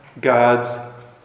God's